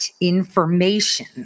information